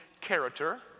character